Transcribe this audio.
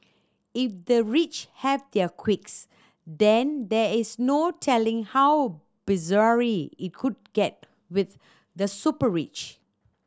if the rich have their quirks then there is no telling how bizarre it could get with the super rich